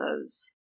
says